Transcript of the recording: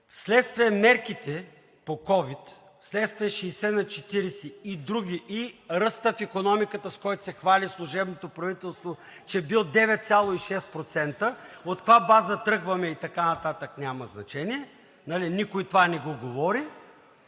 вследствие мерките по ковид, вследствие 60/40 и други, ръстът на икономиката, с който се хвали служебното правителство, че бил 9,6% – от каква база тръгваме и така нататък, няма значение, нали никой това не го говори,